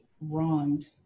wronged